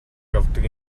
явдаг